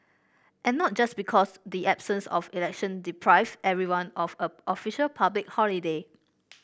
and not just because the absence of election deprived everyone of a official public holiday